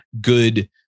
good